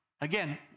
again